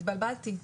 התבלבלתי,